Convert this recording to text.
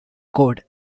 code